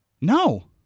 No